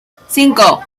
cinco